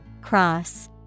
Cross